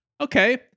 okay